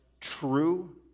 true